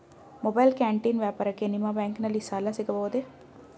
Mobile canteen ವ್ಯಾಪಾರಕ್ಕೆ ನಿಮ್ಮ ಬ್ಯಾಂಕಿನಲ್ಲಿ ಸಾಲ ಸಿಗಬಹುದೇ?